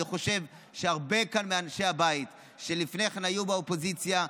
אני חושב שהרבה מאנשי הבית שלפני כן היו באופוזיציה,